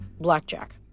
Blackjack